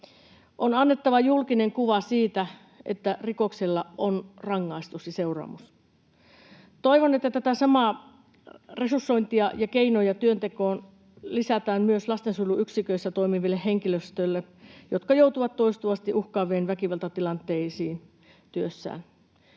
On annettava julkinen kuva siitä, että rikoksilla on rangaistus ja seuraamus. Toivon, että tätä samaa resursointia ja keinoja työntekoon lisätään myös lastensuojeluyksiköissä toimivalle henkilöstölle, joka joutuu toistuvasti uhkaaviin väkivaltatilanteisiin työssään.